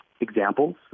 examples